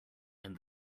and